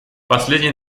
последние